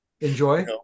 enjoy